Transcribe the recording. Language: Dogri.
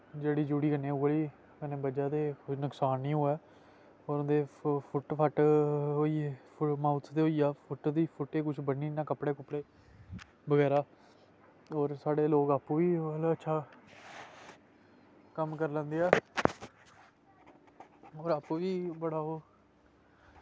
जड़ी जुड़ी कन्नै ओह्कड़ी कन्नै बज्जा दा कोई नुक्सान निं होऐ और उं'दे फुट फट्ट होई गे माऊथ ते होई गेआ फुट गी किश ब'न्नी ओड़ना कपड़े शपड़े बगैरा होर साढ़े लोग आपूं बी मतलब अच्छा कम्म करी लैंदे ऐ और आपूं बी बड़ा ओ